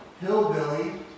hillbilly